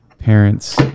parents